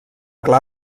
gla